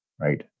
Right